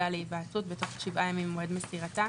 להיוועצות בתוך שבעה ימים ממועד מסירתה,